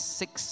six